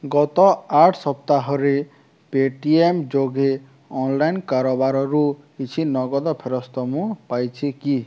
ଗତ ଆଠ ସପ୍ତାହରେ ପେଟିଏମ୍ ଯୋଗେ ଅନ୍ଲାଇନ୍ କାରବାରରୁ କିଛି ନଗଦ ଫେରସ୍ତ ମୁଁ ପାଇଛି କି